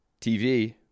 TV